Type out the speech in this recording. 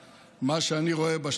אם אני רואה פה מחשבה.